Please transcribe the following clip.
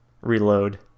reload